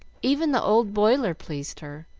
even the old boiler pleased her,